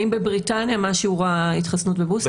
בבריטניה, מה שיעור ההתחסנות בבוסטר?